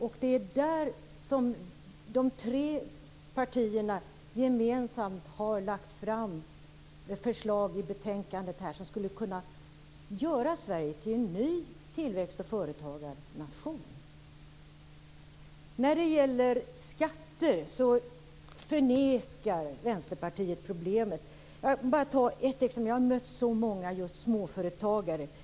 Det är där som de tre partierna gemensamt har lagt fram förslag i detta betänkande som skulle kunna göra Sverige till en ny tillväxt och företagarnation. Vänsterpartiet förnekar problemet med skatterna. Jag har mött så många småföretagare, men jag skall bara ta ett exempel.